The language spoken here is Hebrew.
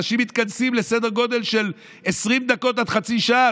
אנשים מתכנסים לסדר גודל של 20 דקות עד חצי שעה,